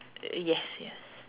yes yes